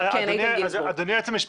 את ------ אדוני היועץ המשפטי,